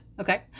Okay